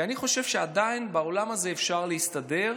כי אני חושב שעדיין באולם הזה אפשר להסתדר,